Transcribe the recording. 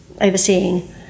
overseeing